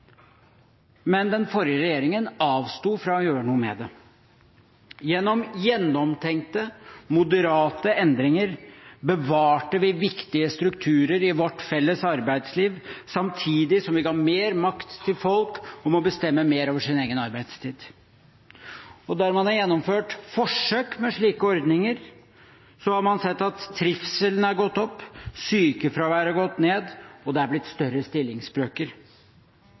men den forrige regjeringen avsto fra å gjøre noe med det. Gjennom gjennomtenkte, moderate endringer bevarte vi viktige strukturer i vårt felles arbeidsliv samtidig som vi ga folk mer makt til å bestemme over sin egen arbeidstid. Der man har gjennomført forsøk med slike ordninger, har man sett at trivselen har gått opp, sykefraværet har gått ned, og det har blitt større stillingsbrøker.